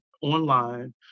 online